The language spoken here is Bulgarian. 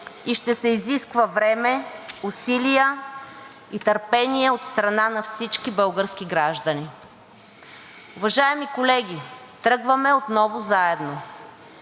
и ще се изисква време, усилия и търпение от страна на всички български граждани. Уважаеми колеги, тръгваме отново заедно.